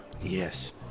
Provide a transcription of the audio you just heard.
Yes